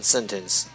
Sentence